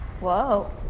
Whoa